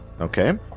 Okay